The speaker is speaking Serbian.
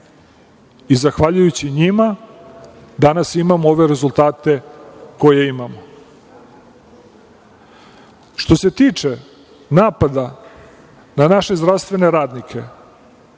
i zahvaljujući njima danas imamo ove rezultate koje imamo. Što se tiče napada na naše zdravstvene radnike,